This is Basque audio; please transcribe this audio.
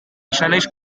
esanahiz